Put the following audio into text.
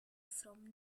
from